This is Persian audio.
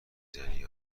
زنی